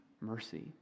mercy